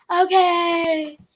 okay